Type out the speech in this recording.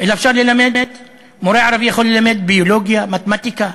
אלא מורה ערבי יכול ללמד ביולוגיה, מתמטיקה.